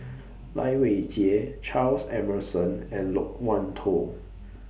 Lai Weijie Charles Emmerson and Loke Wan Tho